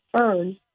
earn